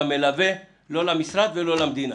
לא למלווה, לא למשרד ולא למדינה.